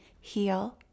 heal